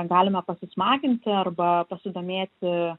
galime pasismaginti arba pasidomėti